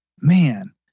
man